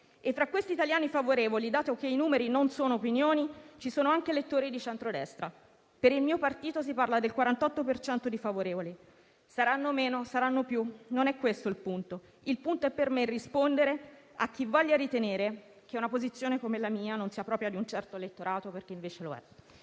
Fra questi italiani favorevoli, dato che i numeri non sono opinioni, ci sono anche elettori di centro destra. Per il mio partito si parla del 48 per cento di favorevoli; saranno meno o di più il punto non è questo. Il punto per me è rispondere a chi voglia ritenere che una posizione come la mia non sia propria di un certo elettorato, perché invece lo è.